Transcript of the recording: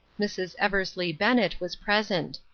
mrs. eversly bennett was present.